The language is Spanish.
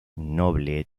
noble